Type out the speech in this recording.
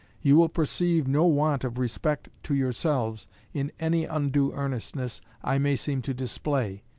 you will perceive no want of respect to yourselves in any undue earnestness i may seem to display.